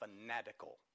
Fanatical